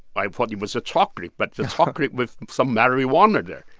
i thought it was a chocolate, but the chocolate with some marijuana there.